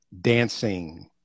dancing